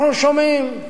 אנחנו שומעים,